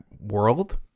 world